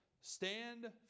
stand